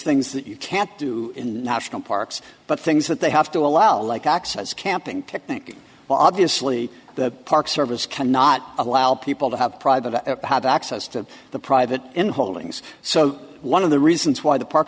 things that you can't do in national parks but things that they have to allow like access camping picnic obviously the park service cannot allow people to have private have access to the private in holdings so one of the reasons why the park